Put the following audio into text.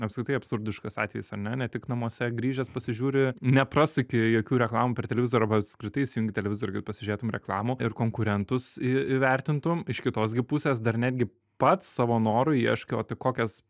apskritai absurdiškas atvejis ar ne ne tik namuose grįžęs pasižiūri neprasuki jokių reklamų per televizorių apskritai įsijungi televizorių kad pasižiūrėtum reklamų ir konkurentus į įvertintum iš kitos gi pusės dar netgi pats savo noru ieškai o tai kokias